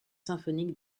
symphoniques